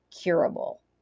curable